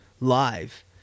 live